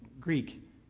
Greek